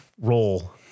role